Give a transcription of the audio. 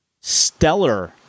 stellar